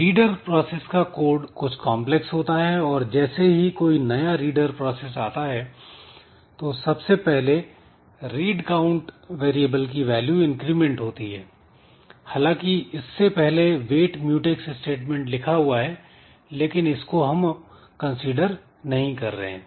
reader process का code कुछ complex होता है और जैसे ही कोई नया रीडर प्रोसेस आता है तो सबसे पहले "रीड काउंट" वेरिएबल की वैल्यू इंक्रीमेंट होती है हालांकि इससे पहले वेट म्यूटैक्स स्टेटमेंट लिखा हुआ है लेकिन इसको हम कंसीडर नहीं कर रहे हैं